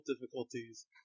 difficulties